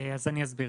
אני אסביר.